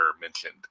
mentioned